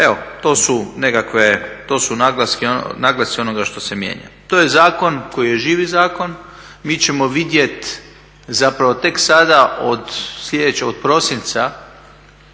to su naglasci onoga što se mijenja. To je zakon koji je živi zakon, mi ćemo vidjeti zapravo tek sada od sljedećeg,